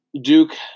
Duke